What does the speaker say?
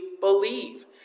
believe